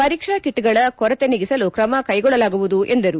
ಪರೀಕ್ಷಾ ಕಿಟ್ಗಳ ಕೊರತೆ ನೀಗಿಸಲು ಕ್ರಮ ಕೈಗೊಳ್ಳಲಾಗುವುದು ಎಂದರು